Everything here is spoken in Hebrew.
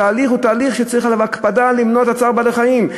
התהליך צריך עליו הקפדה למנוע צער בעלי-חיים.